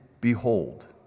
behold